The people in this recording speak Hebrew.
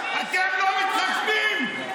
אתם לא מתחשבים.